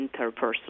interpersonal